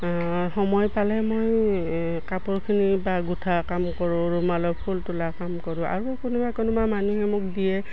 সময় পালে মই কাপোৰখিনি বা গোঁঠা কাম কৰোঁ ৰুমালৰ ফুল তোলা কাম কৰোঁ আৰু কোনোবা কোনোবা মানুহে মোক দিয়ে